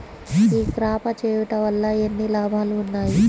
ఈ క్రాప చేయుట వల్ల ఎన్ని లాభాలు ఉన్నాయి?